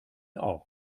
auch